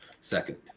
second